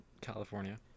california